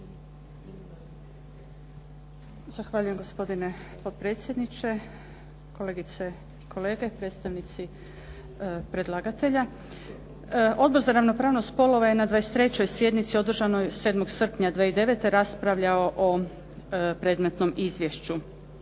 Zahvaljujem gospodine potpredsjedniče. Kolegice i kolege, predstavnici predlagatelja. Odbor za ravnopravnost spolova je na 23. sjednici održanoj 7. srpnja 2009. raspravljao o predmetnom izvješću.